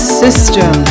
system